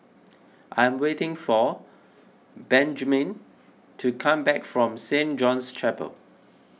I'm waiting for Benjman to come back from Saint John's Chapel